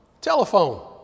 Telephone